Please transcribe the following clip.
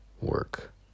work